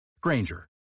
Granger